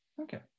Okay